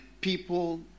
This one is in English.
people